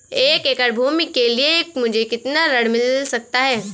एक एकड़ भूमि के लिए मुझे कितना ऋण मिल सकता है?